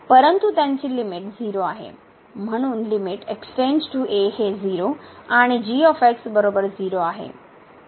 म्हणून लिमिटहे 0 आणि आहे